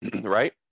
Right